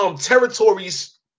territories